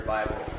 Bible